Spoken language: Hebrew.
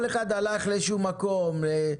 כל אחד הלך לאיזשהו מקום.